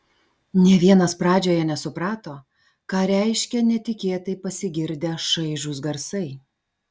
nė vienas pradžioje nesuprato ką reiškia netikėtai pasigirdę šaižūs garsai